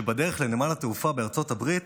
ובדרך לנמל התעופה בארצות הברית